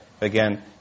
again